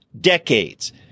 decades—